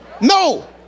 no